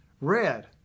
Red